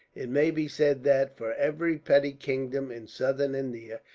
it may be said that, for every petty kingdom in southern india,